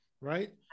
right